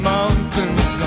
Mountains